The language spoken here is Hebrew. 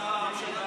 שר